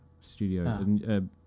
Studio